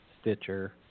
Stitcher